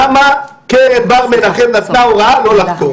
למה קרן בר מנחם נתנה הוראה לא לחקור?